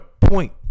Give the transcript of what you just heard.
point